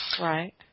Right